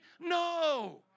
No